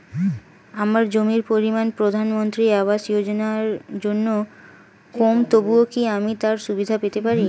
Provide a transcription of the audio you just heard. আমার জমির পরিমাণ প্রধানমন্ত্রী আবাস যোজনার জন্য কম তবুও কি আমি তার সুবিধা পেতে পারি?